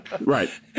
Right